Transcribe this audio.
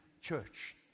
church